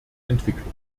entwicklung